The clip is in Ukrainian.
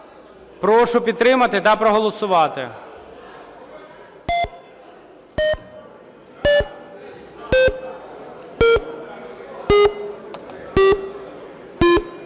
Прошу підтримати та проголосувати.